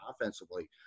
offensively